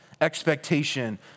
expectation